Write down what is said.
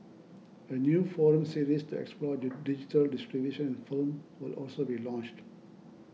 a new forum series to explore digital distribution in film will also be launched